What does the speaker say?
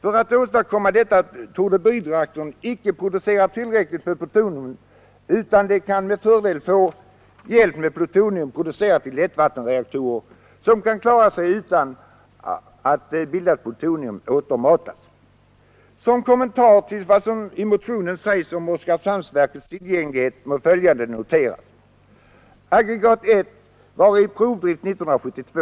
Bridreaktorerna torde icke producera tillräckligt med plutonium för att åstadkomma denna initialhärd, men de kan med fördel få hjälp med plutonium, producerat i lättvattenreaktorer, som kan klara sig utan att bildat plutonium återmatas. Som kommentar till vad som i motionen sägs om Oskarshamnsverkets tillgänglighet må följande noteras. Aggregat 1 var i provdrift 1972.